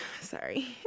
sorry